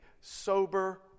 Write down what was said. sober